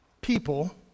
people